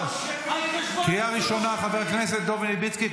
קריאה ראשונה, חבר הכנסת דב מלביצקי.